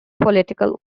political